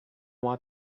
want